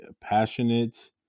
passionate